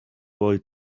boy